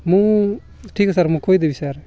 ମୁଁ ଠିକ୍ ଅଛି ସାର୍ ମୁଁ କହିଦେବି ସାର୍